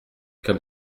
comme